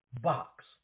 box